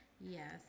Yes